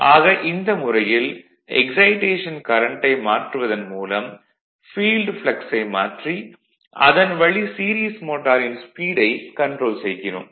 ஆக இந்த முறையில் எக்சைடேஷன் கரண்ட்டை மாற்றுவதன் மூலம் ஃபீல்டு ப்ளக்ஸை மாற்றி அதன்வழி சீரிஸ் மோட்டாரின் ஸ்பீடை கன்ட்ரோல் செய்கிறோம்